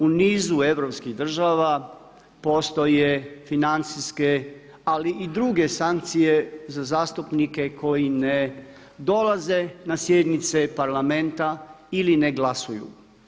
U nizu europskih država postoje financijske ali i druge sankcije za zastupnike koji ne dolaze na sjednice Parlamenta ili ne glasuju.